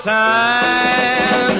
time